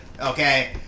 okay